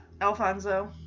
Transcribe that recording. Alfonso